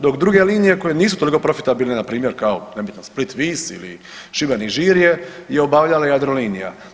Dok druge linije koje nisu toliko profitabilne npr. kao nebitno Split – Vis ili Šibenik – Žirje je obavljala Jadrolinija.